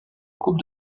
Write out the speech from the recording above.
coupe